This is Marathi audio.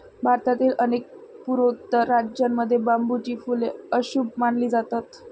भारतातील अनेक पूर्वोत्तर राज्यांमध्ये बांबूची फुले अशुभ मानली जातात